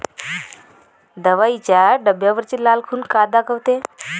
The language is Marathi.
दवाईच्या डब्यावरची लाल खून का दाखवते?